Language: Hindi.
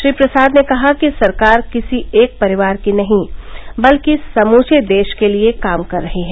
श्री प्रसाद ने कहा कि सरकार किसी एक परिवार की नहीं है बल्कि समूचे देश के लिए काम कर रही है